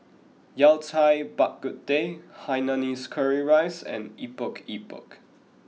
Yao Cai Bak Kut Teh Hainanese Curry Rice and Epok Epok